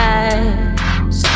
eyes